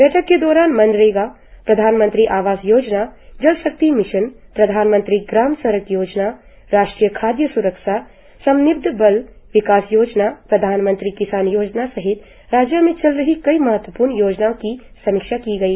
बैठक के दौरान मनरेगा प्रधानमंत्री आवास योजना जल शक्ति मिशन प्रधानमंत्री ग्राम सड़क योजना राष्ट्रीय खाद्य स्रक्षा समन्वित बाल विकास योजना प्रधानमंत्री किसान योजना सहित राज्य में चल रही कई महत्वपूर्ण योजनाओं की समीक्षा की गई